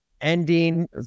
ending